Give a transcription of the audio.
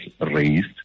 raised